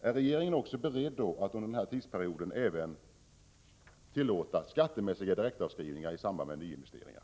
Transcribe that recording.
Är regeringen också beredd att under denna tidsperiod tillåta skattemässiga direktavskrivningar i samband med nyinvesteringar?